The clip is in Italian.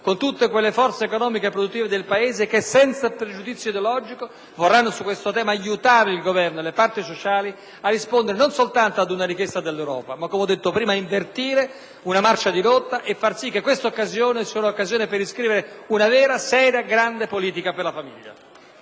con tutte quelle forze economiche e produttive del Paese che, senza pregiudizio ideologico, vorranno su questo tema aiutare il Governo e le parti sociali non soltanto a rispondere ad una richiesta dell'Europa, ma, come ho detto prima, ad invertire una rotta e far sì che questa sia un'occasione per riscrivere una vera, seria, grande politica per la famiglia.